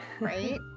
right